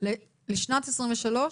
לשנת 2023?